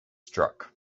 struck